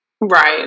Right